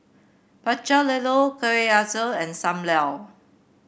Pecel Lele kueh and Sam Lau